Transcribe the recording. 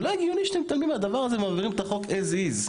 זה לא הגיוני שאתם מתעלמים מהדבר הזה ומעבירים את החוק "as is".